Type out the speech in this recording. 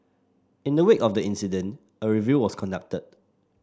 in the wake of the incident a review was conducted